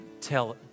tell